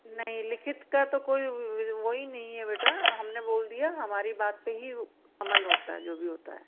नहीं लिखित का कोई वही नहीं है बेटा हमने बोल दिया हमारी बात पर ही अमल होता है जो भी होता है